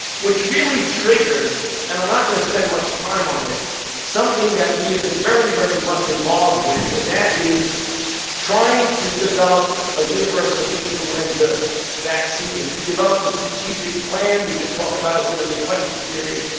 which really triggered and i'm not going to spend much time on it something that we have been very, very much involved with, and that is trying to develop a universal influenza vaccine. we developed the strategic plan. we could talk about it during the question period.